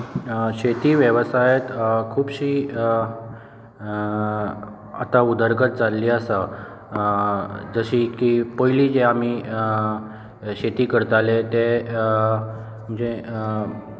शेती वेवसायांत खुबशीं आतां उदरगत जाल्ली आसा जशें की पयलीं जी आमी जे शेती करताले ते जें